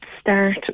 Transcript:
start